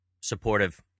supportive